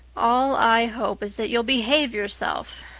all i hope is that you'll behave yourself.